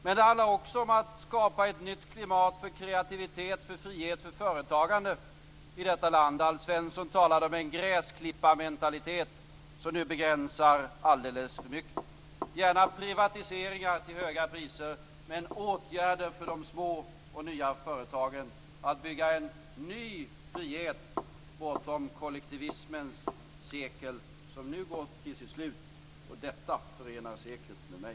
Men det handlar också om att skapa ett nytt klimat för kreativitet, för frihet och för företagande i detta land. Alf Svensson talade om en gräsklipparmentalitet som begränsar alldeles för mycket. Gärna privatiseringar till höga priser; men åtgärder för de små och nya företagen. Bygg en ny frihet bortom kollektivismens sekel som nu går mot sitt slut. Detta förenar seklet med mig.